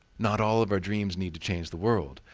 not all of our dreams need to change the world,